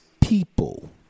people